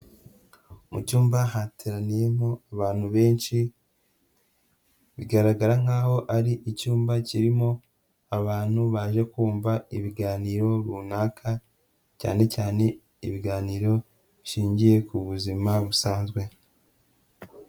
Mu cyumba hateraniyemo abantu benshi, bigaragara nkaho ari icyumba kirimo abantu baje kumva ibiganiro runaka, cyane cyane ibiganiro bishingiye ku buzima busanzwe.